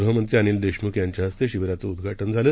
गृहमंत्री अनिल देशमुख यांच्या हस्ते शिबीराचं उद्घाटन झालं